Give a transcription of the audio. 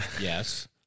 Yes